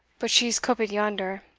but she's coupit yonder,